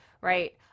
right